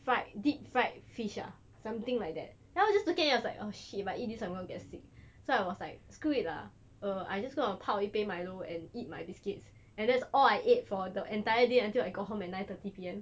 fried deep fried fish ah something like that then I was just at it and I was like oh shit if I eat this I'm gonna get sick so I was like screw it lah err I just wanna 泡一杯 milo and eat my biscuits and that's all I ate for the entire day until I got home at nine thirty P_M